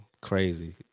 Crazy